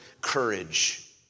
courage